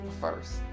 first